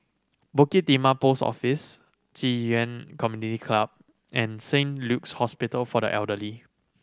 Bukit Timah Post Office Ci Yuan Community Club and Saint Luke's Hospital for the Elderly